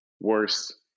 worse